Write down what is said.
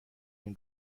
این